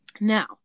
now